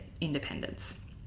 independence